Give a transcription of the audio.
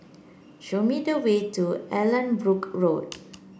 show me the way to Allanbrooke Road